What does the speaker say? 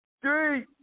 Three